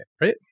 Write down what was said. right